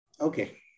Okay